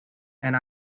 and